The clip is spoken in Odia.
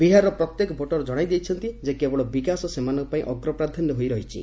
ବିହାରର ପ୍ରତ୍ୟେକ ଭୋଟର୍ ଜଣାଇ ଦେଇଛନ୍ତି କେବଳ ବିକାଶ ସେମାନଙ୍କ ପାଇଁ ଅଗ୍ରପ୍ରାଧାନ୍ୟ ହୋଇ ରହିଛି